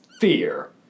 fear